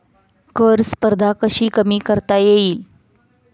कर स्पर्धा कशी कमी करता येईल?